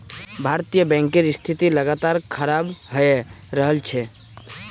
भारतीय बैंकेर स्थिति लगातार खराब हये रहल छे